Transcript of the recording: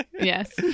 yes